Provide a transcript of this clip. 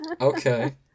Okay